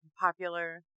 Popular